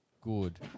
good